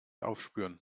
aufspüren